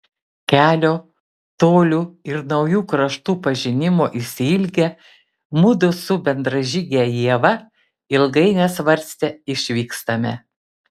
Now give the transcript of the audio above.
kelio tolių ir naujų kraštų pažinimo išsiilgę mudu su bendražyge ieva ilgai nesvarstę išvykstame